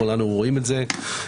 כולנו רואים את זה.